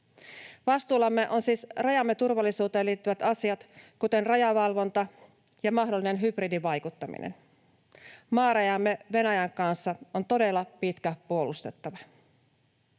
Vastuullamme on siis rajamme turvallisuuteen liittyvät asiat, kuten rajavalvonta ja mahdollinen hybridivaikuttaminen. Maarajamme Venäjän kanssa on todella pitkä puolustettava.